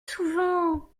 souvent